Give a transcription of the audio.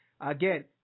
Again